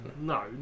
No